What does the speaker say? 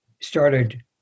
started